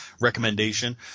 recommendation